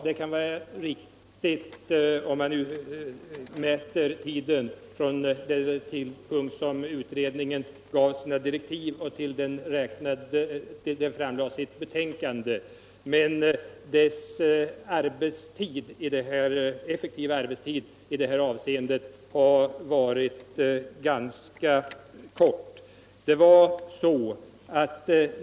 Det kan förefalla riktigt, om man bara mäter tiden från den tidpunkt då utredningen fick sina direktiv och fram till dess att den framlade sitt betänkande, men den effektiva arbetstiden har varit ganska kort.